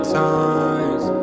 times